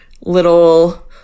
Little